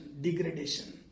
degradation